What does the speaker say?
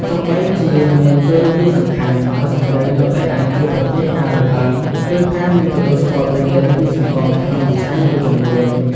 ទោះបីជាមានតួនាទីសំខាន់ ក៏ស្ត្រីនៅតែអាចជួបប្រទះការរើសអើង ឬការមិនទទួលស្គាល់ពេញលេញពីសង្គមក្នុងវិស័យមួយចំនួន។